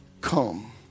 come